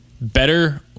Better